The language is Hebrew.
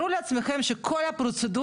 אני רוצה את תשומת ליבם של רשות האוכלוסין וההגירה